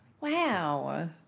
Wow